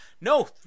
no